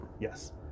Yes